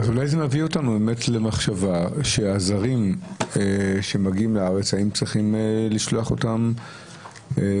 אולי צריך לחשוב האם הזרים שמגיעים לארץ צריכים להישלח למלוניות.